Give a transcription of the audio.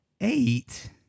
Eight